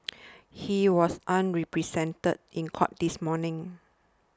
he was unrepresented in court this morning